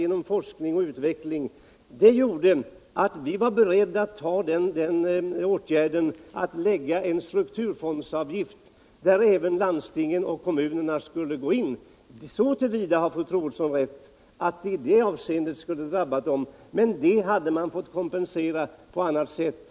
Det var det som gjorde att vi var beredda att införa en strukturfondsavgift, och då skulle också landsting och kommuner drabbas — så till vida har fru Troedsson rätt. Men de skulle ha fått kompensation för det på annat sätt.